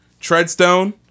Treadstone